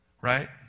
Right